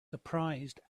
surprised